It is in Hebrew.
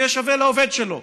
יהיה שווה לעובד שלו.